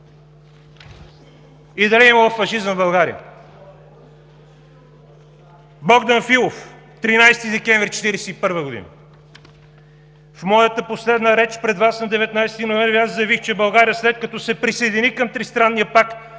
и дали е имало фашизъм в България. Богдан Филов, 13 декември 1941 г.: „В моята последна реч пред Вас на 19 ноември аз заявих, че България, след като се присъедини към Тристранния пакт,